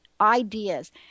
ideas